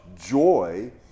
joy